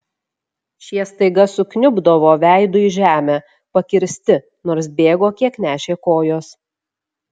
šie staiga sukniubdavo veidu į žemę pakirsti nors bėgo kiek nešė kojos